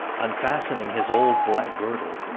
unfastening his old black girdle,